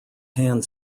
hand